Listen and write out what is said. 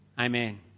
Amen